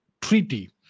treaty